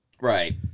Right